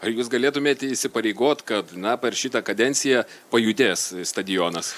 ar jūs galėtumėte įsipareigot kad na per šitą kadenciją pajudės stadionas